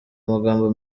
amagambo